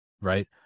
Right